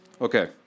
Okay